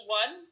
one